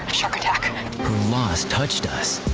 her loss touched us.